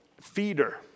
feeder